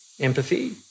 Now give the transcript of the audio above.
empathy